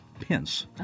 Pence